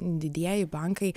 didieji bankai